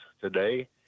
today